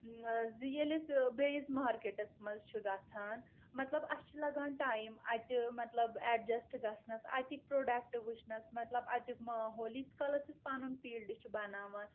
زِ ییلہِ ٲسۍ بیٚیس مارکیٚٹس منٛز چھِ گژھان مطلب آسہِ چھِ لگان ٹایم اتہٕ مطلب اڑجیٚسٹ گژھنس اتیکۍ پروڈکٹ وُچھنس مطلب ایتُک ماحول ییتس کالس أسۍ پنُن فیلڑ چھ بناوان